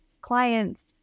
clients